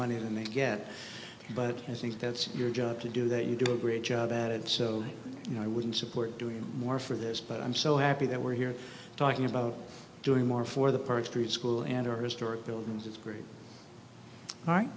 money than they get but i think that's your job to do that you do a great job at it so you know i wouldn't support doing more for this but i'm so happy that we're here talking about doing more for the perks through school and our historic buildings it's great